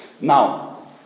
Now